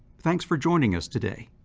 thanks for joining us today!